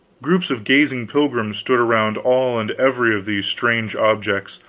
groups of gazing pilgrims stood around all and every of these strange objects,